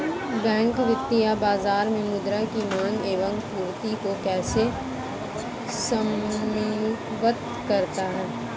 Bank वित्तीय बाजार में मुद्रा की माँग एवं पूर्ति को कैसे समन्वित करता है?